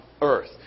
earth